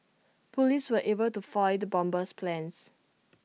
Police were able to foil the bomber's plans